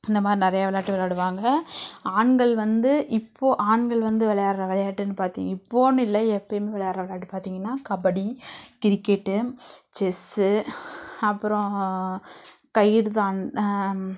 இந்த மாதிரி நிறையா விளாட்டு விளாடுவாங்க ஆண்கள் வந்து இப்போது ஆண்கள் வந்து விளாட்ற விளையாட்டுன் பாத்திங்க இப்போதுன்னில்ல எப்போமே விளையாடுற விளையாட்டு பார்த்திங்கன்னா கபடி கிரிக்கெட்டு செஸ்ஸு அப்பறம் கயிறு தாண்டு